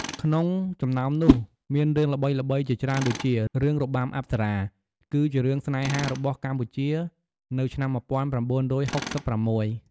ក្នុងចំណោមនោះមានរឿងល្បីៗជាច្រើនដូចជា រឿងរបាំអប្សរា គឺជារឿងស្នេហារបស់កម្ពុជានៅឆ្នាំំំ១៩៦៦។